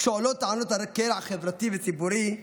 כשעולות טענות על הקרע החברתי והציבורי,